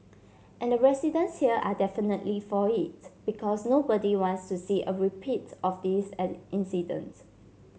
and residents here are definitely for it because nobody wants to see a repeat of this incident